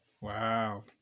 Wow